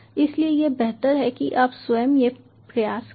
इसलिए यह बेहतर है कि आप स्वयं यह प्रयास करें